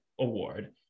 Award